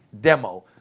demo